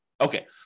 Okay